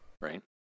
right